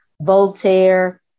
Voltaire